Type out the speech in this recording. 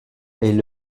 est